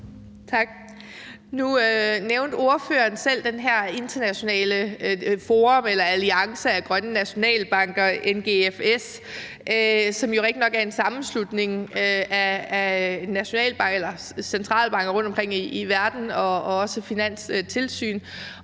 Tak. Nu nævnte ordføreren selv det her internationale forum eller den her alliance af grønne nationalbanker, NGFS, som jo rigtigt nok er en sammenslutning af centralbanker rundtomkring i verden og også finanstilsyn.